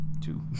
Two